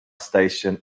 station